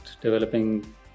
developing